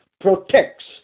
protects